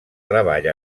treball